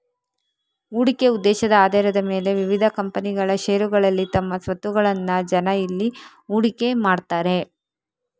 ಹೂಡಿಕೆ ಉದ್ದೇಶದ ಆಧಾರದ ಮೇಲೆ ವಿವಿಧ ಕಂಪನಿಗಳ ಷೇರುಗಳಲ್ಲಿ ತಮ್ಮ ಸ್ವತ್ತುಗಳನ್ನ ಜನ ಇಲ್ಲಿ ಹೂಡಿಕೆ ಮಾಡ್ತಾರೆ